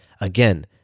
Again